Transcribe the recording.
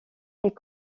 est